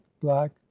black